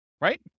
right